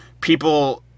people